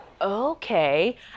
okay